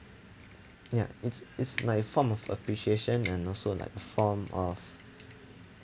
ya it's it's like a form of appreciation and also like form of